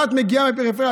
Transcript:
את מגיעה מהפריפריה,